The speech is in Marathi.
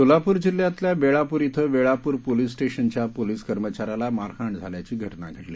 सोलापूर जिल्ह्यातल्या वेळापूर इथं वेळापूर पोलीस स्टेशनच्या पोलीस कर्मचाऱ्याला मारहाण झाल्याची घटना घडली